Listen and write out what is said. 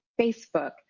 Facebook